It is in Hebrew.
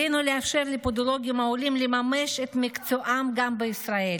עלינו לאפשר לפודולוגים העולים לממש את מקצועם גם בישראל,